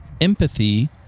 empathy